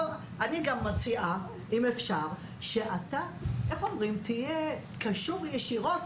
אני גם מציעה, אם אפשר, שאתה תהיה קשור ישירות